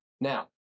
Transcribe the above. Now